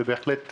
זה נושא חשוב,